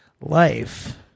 life